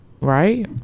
Right